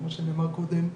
כמו שנאמר קודם,